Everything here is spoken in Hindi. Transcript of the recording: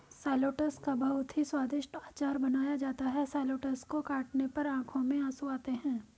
शैलोट्स का बहुत ही स्वादिष्ट अचार बनाया जाता है शैलोट्स को काटने पर आंखों में आंसू आते हैं